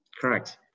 Correct